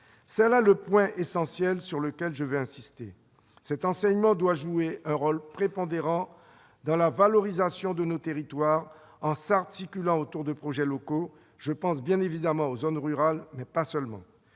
C'est le point essentiel sur lequel je vais insister. Cet enseignement doit jouer un rôle prépondérant dans la valorisation de nos territoires en s'articulant autour de projets locaux-je pense bien évidemment aux zones rurales, mais pas seulement.